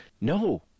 no